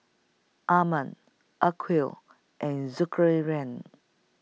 Iman Aqil and Zulkarnain